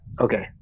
Okay